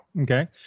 Okay